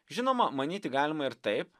žinoma manyti galima ir taip